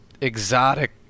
exotic